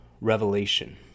revelation